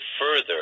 further